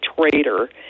traitor